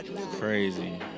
Crazy